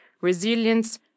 resilience